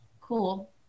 cool